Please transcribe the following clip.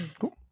Cool